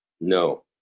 No